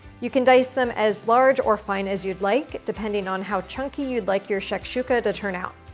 you can dice them as large or fine as you'd like, depending on how chunky you'd like your shakshuka to turn out.